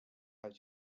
how